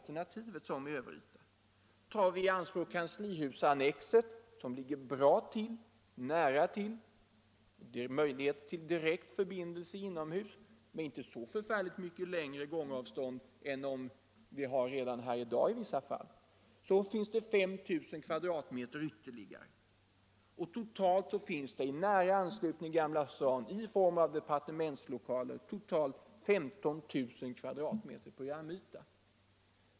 Tar vi i anspråk kanslihusannexet, som ligger nära och bra till, och som ger möjligheter till direkt förbindelse inomhus med inte så förfärligt mycket längre gångavstånd än vi i vissa fall har här i dag så finns det 5000 m? ytterligare. Totalt finns det i nära anslutning i Gamla stan i form av departementslokaler 15 000 m? programyta.